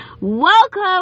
welcome